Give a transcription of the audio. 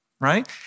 right